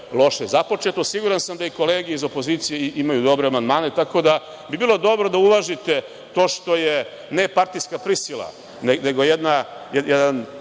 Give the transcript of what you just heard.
započeto. Siguran sam da i kolege iz opozicije imaju dobre amandmane, tako da bi bilo dobro da uvažite to što je ne partijska prisila, nego jedan